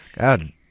God